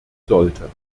sollte